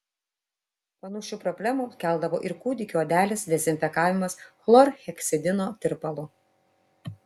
panašių problemų keldavo ir kūdikių odelės dezinfekavimas chlorheksidino tirpalu